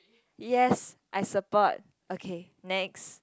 yes I support okay next